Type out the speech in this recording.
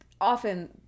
often